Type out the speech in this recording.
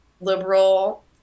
liberal